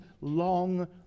long